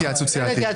אין התייעצות סיעתית.